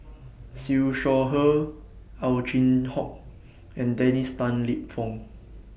Siew Shaw Her Ow Chin Hock and Dennis Tan Lip Fong